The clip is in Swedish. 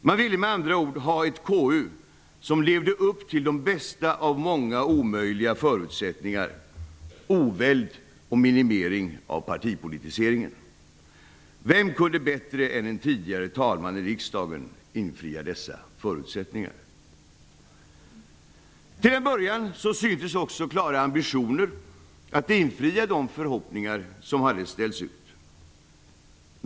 Man ville med andra ord ha ett KU som levde upp till de bästa av många omöjliga förutsättningar, nämligen oväld och minimering av partipolitiseringen. Vem kunde bättre än en tidigare talman i riksdagen infria dessa förhoppningar? Till en början syntes också klara ambitioner att infria de förhoppningar som hade ställts ut.